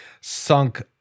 sunk